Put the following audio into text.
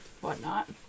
whatnot